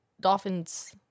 dolphins